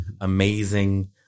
amazing